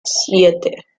siete